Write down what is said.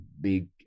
big